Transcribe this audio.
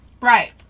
Right